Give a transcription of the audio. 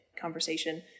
conversation